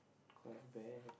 quite bad